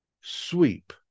sweep